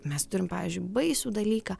mes turim pavyzdžiui baisų dalyką